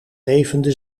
levende